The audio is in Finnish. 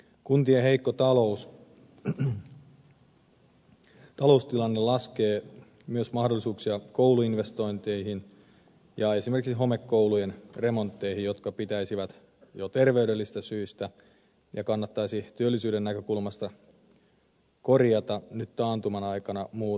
kuntien heikko taloustilanne laskee myös mahdollisuuksia kouluinvestointeihin ja esimerkiksi homekoulujen remontteihin jotka pitäisi jo terveydellisistä syistä ja kannattaisi työllisyyden näkökulmasta korjata nyt taantuman aikana muutenkin